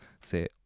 say